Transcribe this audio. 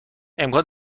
امکان